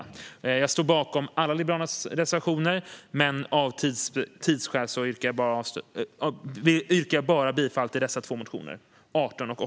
Jag står bakom alla Liberalernas reservationer, men av tidsskäl yrkar jag bifall bara till dessa två.